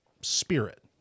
spirit